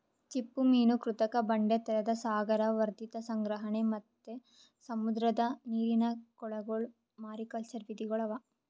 ಚಿಪ್ಪುಮೀನು, ಕೃತಕ ಬಂಡೆ, ತೆರೆದ ಸಾಗರ, ವರ್ಧಿತ ಸಂಗ್ರಹಣೆ ಮತ್ತ್ ಸಮುದ್ರದ ನೀರಿನ ಕೊಳಗೊಳ್ ಮಾರಿಕಲ್ಚರ್ ವಿಧಿಗೊಳ್ ಅವಾ